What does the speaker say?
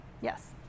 Yes